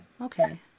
okay